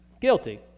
Guilty